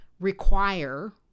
require